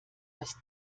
dass